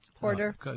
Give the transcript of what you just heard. porter